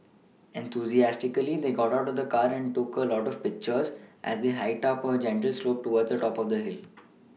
enthusiastically they got out of the car and took a lot of pictures as they hiked up a gentle slope towards the top of the hill